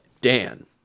Dan